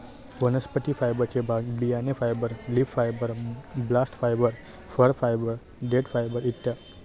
वनस्पती फायबरचे भाग बियाणे fibre, leaf fibre, bast fibre, फळ फायबर, देठ फायबर इ